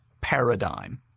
paradigm